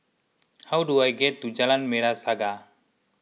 how do I get to Jalan Merah Saga